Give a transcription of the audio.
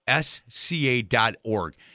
SCA.org